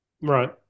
Right